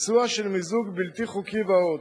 ביצוע של מיזוג בלתי חוקי ועוד.